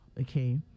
okay